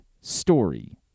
story